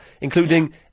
including